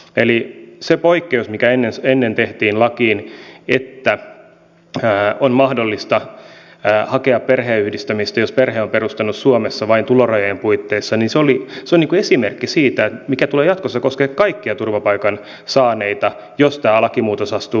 eli se poikkeus mikä ennen tehtiin lakiin että on mahdollista hakea perheenyhdistämistä jos perheen on perustanut suomessa vain tulorajojen puitteissa on esimerkki siitä mikä tulee jatkossa koskemaan kaikkia turvapaikan saaneita jos tämä lakimuutos astuu voimaan